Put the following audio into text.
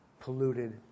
polluted